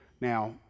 Now